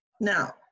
Now